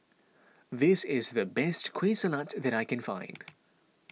this is the best Kueh Salat that I can find